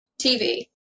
TV